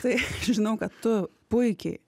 tai žinau kad tu puikiai